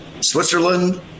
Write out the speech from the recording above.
Switzerland